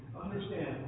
understand